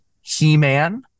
He-Man